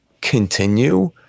continue